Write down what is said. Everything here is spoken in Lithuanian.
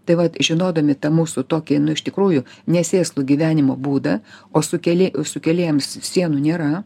tai vat žinodami tą mūsų tokį nu iš tikrųjų nesėslų gyvenimo būdą o sukėlė sukėlėjams sienų nėra